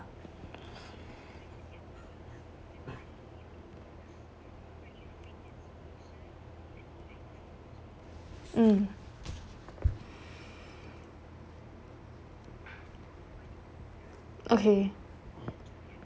mm okay